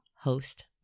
host